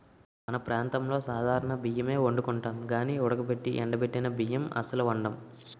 మన ప్రాంతంలో సాధారణ బియ్యమే ఒండుకుంటాం గానీ ఉడకబెట్టి ఎండబెట్టిన బియ్యం అస్సలు వాడం